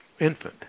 infant